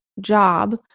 job